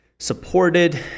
supported